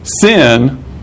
sin